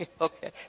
Okay